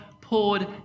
poured